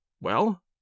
Well